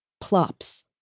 plops